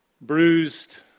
bruised